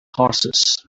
horses